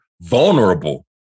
Vulnerable